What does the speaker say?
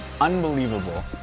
unbelievable